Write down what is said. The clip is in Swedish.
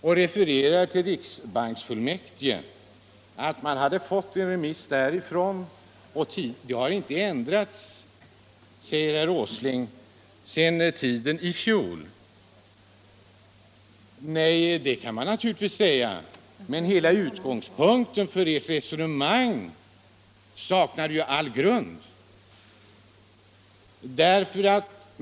Han refererar till riksbanksfullmäktige och säger att man hade fått en remiss därifrån och att ingenting har ändrats sedan den tiden i fjol. Ja, så kan man naturligtvis säga, men hela utgångspunkten för ert resonemang saknar ju all grund.